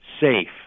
safe